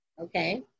okay